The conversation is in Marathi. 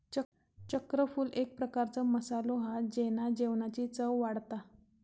चक्रफूल एक प्रकारचो मसालो हा जेना जेवणाची चव वाढता